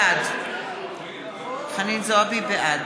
בעד